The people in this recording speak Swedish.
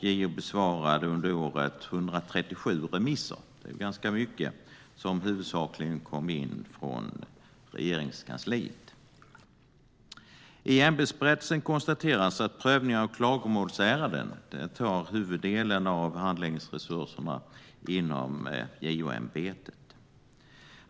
JO besvarade under året 137 remisser - det är ganska mycket - som huvudsakligen kom in från Regeringskansliet. I ämbetsberättelsen konstateras att prövningen av klagomålsärenden tar huvuddelen av handläggningsresurserna inom JO-ämbetet.